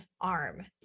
arm